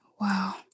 Wow